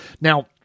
Now